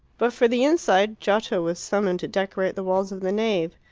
but for the inside giotto was summoned to decorate the walls of the nave.